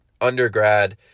undergrad